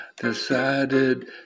decided